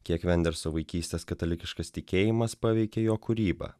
kiek venderso vaikystės katalikiškas tikėjimas paveikė jo kūrybą